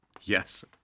Yes